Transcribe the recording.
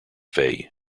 fei